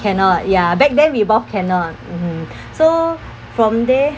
cannot ya back then we both cannot mm so from there